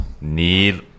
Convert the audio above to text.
Need